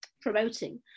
promoting